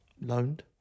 Loaned